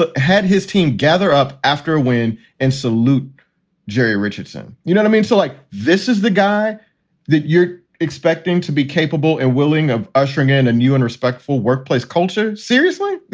but had his team gather up after a win and salute jerry richardson. you don't i mean, still like this is the guy that you're expecting to be capable and willing of ushering in a new and respectful workplace culture. seriously?